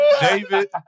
David